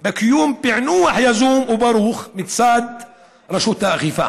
לקיום פענוח יזום וברוך מצד רשות האכיפה.